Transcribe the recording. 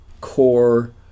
core